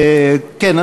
כן,